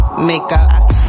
makeup